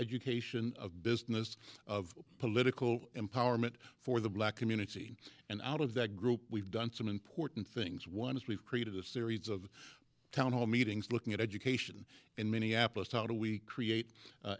education of business of political empowerment for the black community and out of that group we've done some important things one is we've created a series of town hall meetings looking at education in minneapolis how do we create